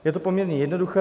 Je to poměrně jednoduché.